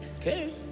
Okay